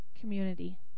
community